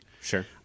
Sure